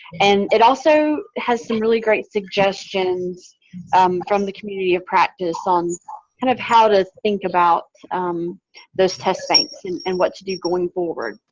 and it also has some really great suggestions from the community of practice on kind of how to think about those testings and what to do going forward.